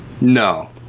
No